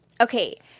Okay